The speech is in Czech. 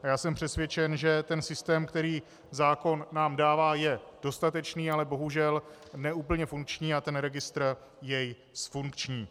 Já jsem přesvědčen, že systém, který nám zákon dává, je dostatečný, ale bohužel ne úplně funkční a registr jej zfunkční.